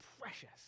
precious